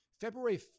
February